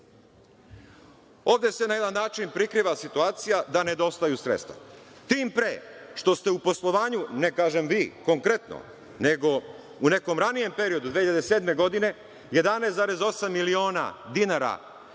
se na jedan način prikriva situacija da nedostaju sredstva, tim pre što ste u poslovanju, ne kažem vi konkretno, nego u nekom ranijem periodu 2007. godine 11,8 miliona dinara